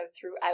throughout